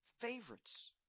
favorites